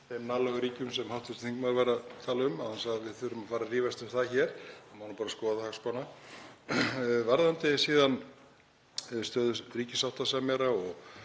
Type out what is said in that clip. sem hv. þingmaður var að tala um — án þess að við þurfum að fara að rífast um það hér, það má nú bara skoða hagspána. Varðandi síðan stöðu ríkissáttasemjara og